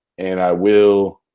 and i will